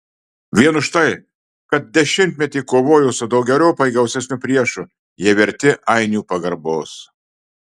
vien už tai kad dešimtmetį kovojo su daugeriopai gausesniu priešu jie verti ainių pagarbos